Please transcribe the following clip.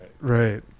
Right